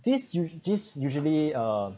these use this usually uh